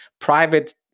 private